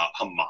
Hamas